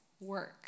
work